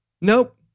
nope